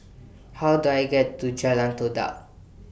How Do I get to Jalan Todak